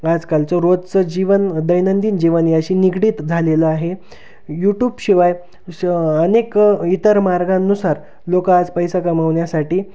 आजकालचं रोजचं जीवन दैनंदिन जीवन याशी निगडीत झालेलं आहे यूटूबशिवाय श अनेक इतर मार्गांनुसार लोक आज पैसा कमवण्यासाठी